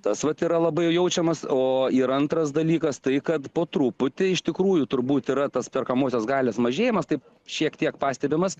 tas vat yra labai jaučiamas o ir antras dalykas tai kad po truputį iš tikrųjų turbūt yra tas perkamosios galios mažėjimas taip šiek tiek pastebimas